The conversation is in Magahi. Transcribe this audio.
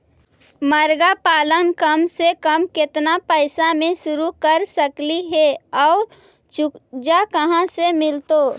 मरगा पालन कम से कम केतना पैसा में शुरू कर सकली हे और चुजा कहा से मिलतै?